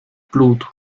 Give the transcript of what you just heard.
blut